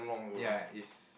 ya it's